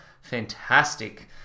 fantastic